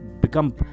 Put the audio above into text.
become